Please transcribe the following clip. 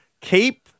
Keep